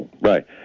Right